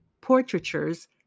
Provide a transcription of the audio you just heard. portraiture's